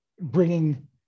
bringing